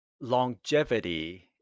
longevity